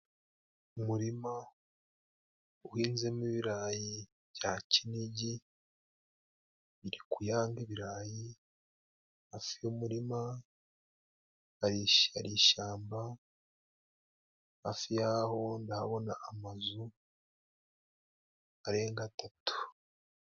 Umurima uhinzemo ibirayi bya Kinigi, biri ku yanga ibirayi. Hafi y'umurima hari ishyamba, hafi y'aho ndahabona amazu arenga atatu.